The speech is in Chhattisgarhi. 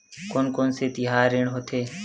कोन कौन से तिहार ऋण होथे?